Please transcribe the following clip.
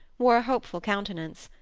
wore a hopeful countenance.